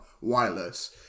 wireless